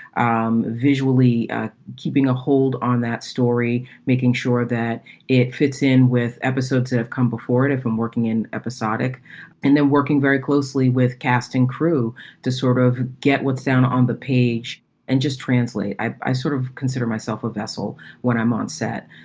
um visually ah keeping a hold on that story, making sure that it fits in with episodes that have come before it. if i'm working in episodic and they're working very closely with cast and crew to sort of get what's down on the page and just translate. i sort of consider myself a vessel when i'm on set.